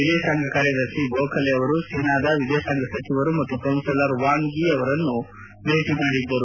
ವಿದೇಶಾಂಗ ಕಾರ್ಯದರ್ಶಿ ಗೋಖಲೆ ಅವರು ಚೀನಾದ ವಿದೇಶಾಂಗ ಸಚಿವರು ಮತ್ತು ಕೌನ್ನಲರ್ ವಾಂಗ್ ಯೀ ಅವರನ್ನು ಭೇಟಿ ಮಾಡಿದ್ದರು